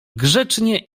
grzecznie